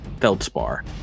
Feldspar